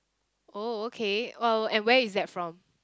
oh okay uh and where is that from